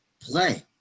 play